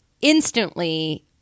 instantly